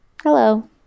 Hello